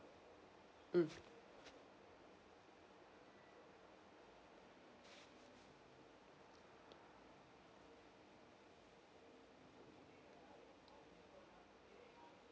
mm